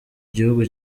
gihugu